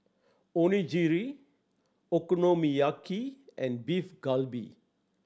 Onigiri Okonomiyaki and Beef Galbi